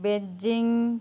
Beijing